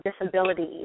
Disabilities